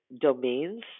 domains